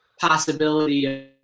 possibility